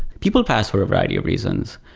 people pass for a variety of reasons.